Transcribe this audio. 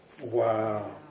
Wow